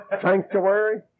Sanctuary